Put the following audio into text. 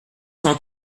cent